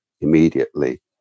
immediately